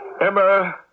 Emma